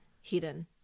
hidden